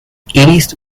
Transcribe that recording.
iris